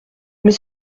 mais